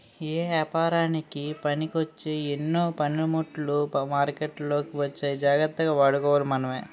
ఏపారానికి పనికొచ్చే ఎన్నో పనిముట్లు మార్కెట్లోకి వచ్చాయి జాగ్రత్తగా వాడుకోవాలి మనమే